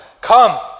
Come